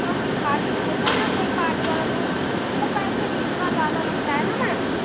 क्योंकि खाँटी दूध है न कोई पानी वाला दूध तो पैसे भी इतना ज्यादा लगता है न मैम